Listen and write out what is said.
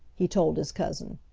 he told his cousin.